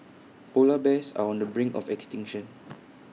Polar Bears are on the brink of extinction